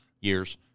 years